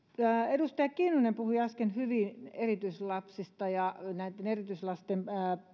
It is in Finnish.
edustaja kinnunen puhui äsken hyvin erityislapsista ja näitten erityislasten